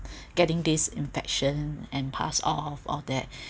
getting this infection and pass off all that